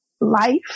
life